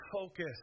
focus